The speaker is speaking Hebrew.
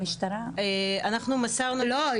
המשטרה --- לא,